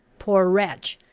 poor wretch!